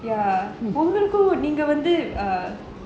ya உங்களுக்கு நீங்க வந்து:ungalukku neenga vanthu err